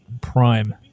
prime